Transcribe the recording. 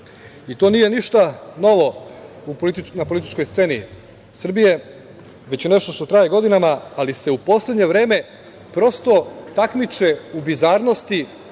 To nije ništa novo na političkoj sceni Srbije, već nešto što traje godinama, ali se u poslednje vreme prosto takmiče u bizarnosti,